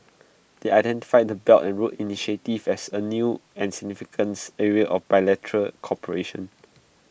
they identified the belt and road initiative as A new and significance area of bilateral cooperation